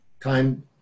Time